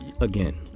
again